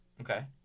Okay